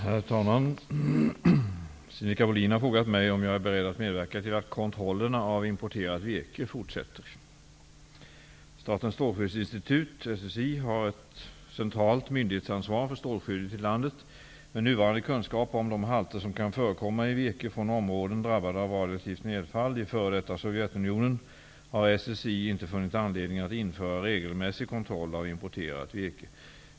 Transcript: Herr talman! Sinikka Bohlin har frågat mig om jag är beredd att medverka till att kontrollerna av importerat virke fortsätter. Statens strålskyddsinstitut har ett centralt myndighetsansvar för strålskyddet i landet. Med nuvarande kunskap om de halter som kan förekomma i virke från områden drabbade av radioaktivt nedfall i f.d. Sovjetunionen har SSI inte funnit anledning att införa regelmässig kontroll av importerat virke.